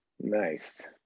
Nice